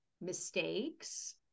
mistakes